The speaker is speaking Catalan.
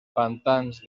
pantans